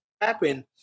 happen